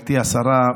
גברתי השרה,